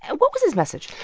and what was his message?